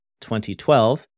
2012